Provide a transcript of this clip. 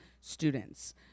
students